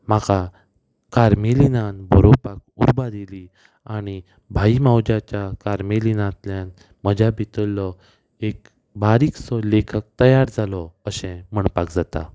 म्हाका कार्मेलिनान बरोवपाक उर्बा दिली आनी भाई मावजाच्या कार्मेलिनांतल्यान म्हज्या भितरलो एक बारीकसो लेखक तयार जालो अशें म्हणपाक जाता